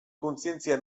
kontzientzia